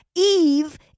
Eve